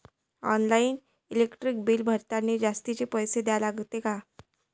Online electric bill भरतानी जास्तचे पैसे द्या लागते का?